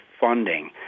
funding